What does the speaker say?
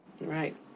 Right